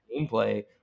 gameplay